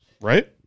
Right